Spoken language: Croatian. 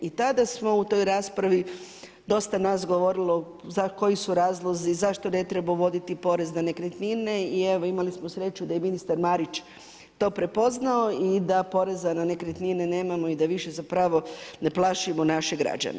I tada smo u toj raspravi dosta nas govorilo koji su razlozi, zašto ne treba uvoditi porez na nekretnine i evo imali smo sreću da je ministar Marić to prepoznato i da poreza na nekretnine nemamo i da više zapravo ne plašimo naše građane.